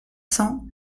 cents